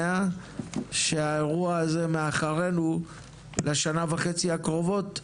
שהאירוע הזה מאחורינו לשנה וחצי הקרובות,